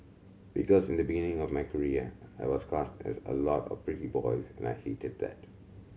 because in the beginning of my career I was cast as a lot of pretty boys and I hated that